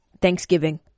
Thanksgiving